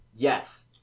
Yes